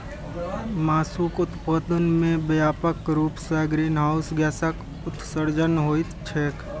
मासुक उत्पादन मे व्यापक रूप सं ग्रीनहाउस गैसक उत्सर्जन होइत छैक